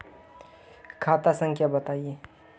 खाता संख्या बताई?